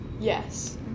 Yes